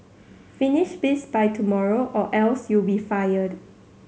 finish this by tomorrow or else you'll be fired